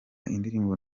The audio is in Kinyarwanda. indirimbo